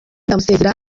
ndamusezera